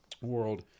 World